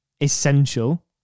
essential